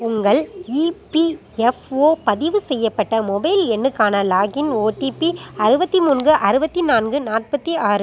உங்கள் இபிஎஃப்ஓ பதிவு செய்யப்பட்ட மொபைல் எண்ணுக்கான லாக்இன் ஓடிபி அறுபத்து மூன்று அறுபத்து நான்கு நாற்பத்து ஆறு